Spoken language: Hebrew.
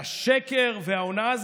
והשקר וההונאה,